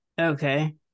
okay